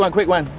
one, quick one,